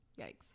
yikes